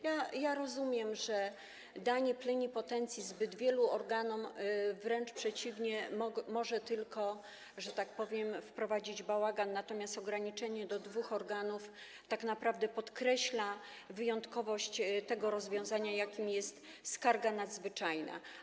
Ja rozumiem, że danie plenipotencji zbyt wielu organom - wręcz przeciwnie, może tylko, że tak powiem, wprowadzić bałagan, natomiast ograniczenie do dwóch organów tak naprawdę podkreśla wyjątkowość rozwiązania, jakim jest skarga nadzwyczajna.